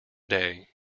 day